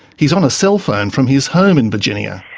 he's on a cell phone from his home in virginia.